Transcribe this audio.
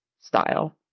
style